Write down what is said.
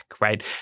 right